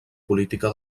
política